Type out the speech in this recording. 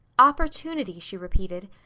opportunity, she repeated.